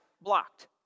Blocked